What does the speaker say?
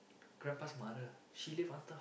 grandpa's mother she live until how